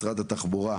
משרד התחבורה,